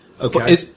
Okay